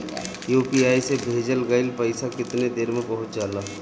UPI से भेजल गईल पईसा कितना देर में पहुंच जाला?